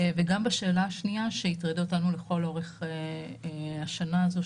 וגם בשאלה השנייה שהטרידה אותנו לכל אורך השנה הזו,